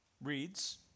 reads